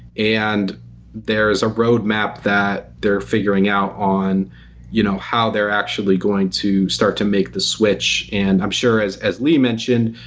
and there's a road map that they're figuring out on you know how they're actually going to start to make the switch. and i'm sure as as lee mentioned,